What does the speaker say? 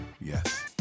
yes